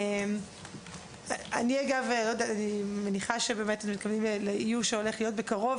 אני מניחה שאיוש הולך להיות בקרוב.